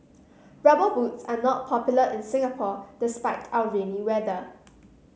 rubber boots are not popular in Singapore despite our rainy weather